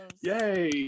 yay